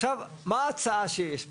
עכשיו, מה ההצעה שיש פה?